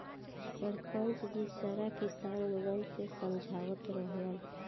सरपंच जी सारा किसान लोगन के समझावत रहलन